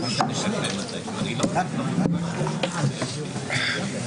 אני לא אחזור על כל התודות של הפעם הקודמת,